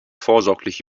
vorsorglich